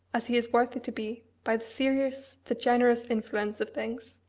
as he is worthy to be, by the serious, the generous influence of things.